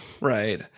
Right